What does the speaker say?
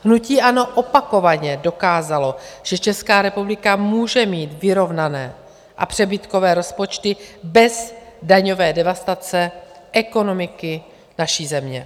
Hnutí ANO opakovaně dokázalo, že Česká republika může mít vyrovnané a přebytkové rozpočty bez daňové devastace ekonomiky naší země.